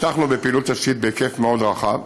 פתחנו בפעילות תשתית בהיקף מאוד רחב.